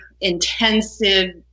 intensive